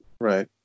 Right